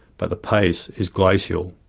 but the pace is glacial.